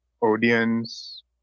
audience